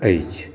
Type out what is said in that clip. अछि